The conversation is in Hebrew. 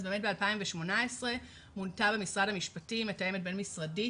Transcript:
ב-2018 מונתה במשרד המשפטים מתאמת בין משרדית